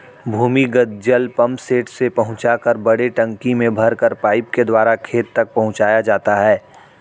भूमिगत जल पम्पसेट से पहुँचाकर बड़े टंकी में भरकर पाइप के द्वारा खेत तक पहुँचाया जाता है